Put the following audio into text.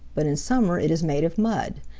but in summer it is made of mud.